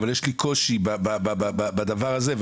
אבל יש לי קושי בדבר הזה.